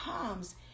comes